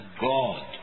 God